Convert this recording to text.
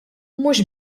mhux